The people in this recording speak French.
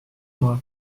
moi